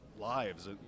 lives